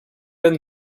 and